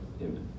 Amen